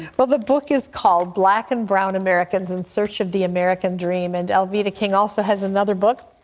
but the book is called black and brown americans in search of the american dream. and alveda king also has another book,